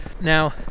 Now